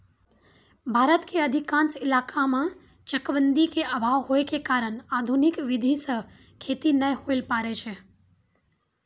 भारत के अधिकांश इलाका मॅ चकबंदी के अभाव होय के कारण आधुनिक विधी सॅ खेती नाय होय ल पारै छै